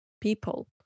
people